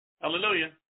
Hallelujah